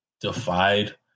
defied